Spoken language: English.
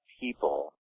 people